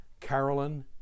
Carolyn